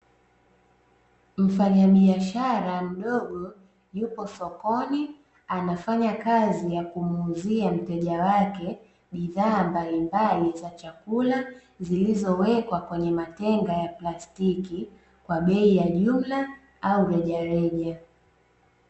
Mfanya biashara ndogo yupo sokoni anafanya kazi ya kumuuzia mteja wake bidhaa mbalimbali za chakula zilizowekwa kwenye matenga ya plastiki, kwa bei ya jumla au rejareja